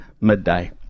midday